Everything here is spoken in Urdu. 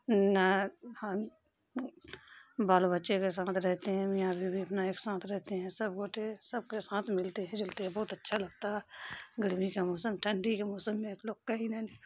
نے بال بچے کے ساتھ رہتے ہیں میاں بیوی اپنا ایک ساتھ رہتے ہیں سب گوٹے سب کے ساتھ ملتے ہیں جلتے ہیں بہت اچھا لگتا ہے گرمی کا موسم ٹھنڈی کے موسم میں ایک لوگ کہیں نہ